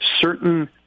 certain